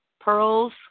pearls